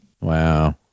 Wow